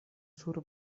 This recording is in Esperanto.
sur